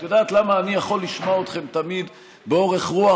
את יודעת למה אני יכול לשמוע אתכם תמיד באורך רוח?